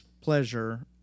pleasure